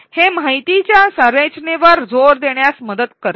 हे माहितीच्या संरचनेवर जोर देण्यात मदत करते